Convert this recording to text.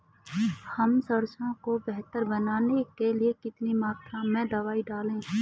हम सरसों को बेहतर बनाने के लिए कितनी मात्रा में दवाई डालें?